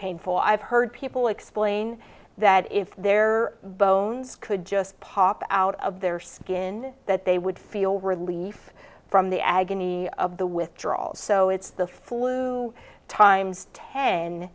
painful i've heard people explain that if their bones could just pop out of their skin that they would feel relief from the agony of the withdrawals so it's the flu times ten